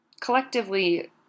collectively